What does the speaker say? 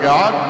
God